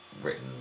written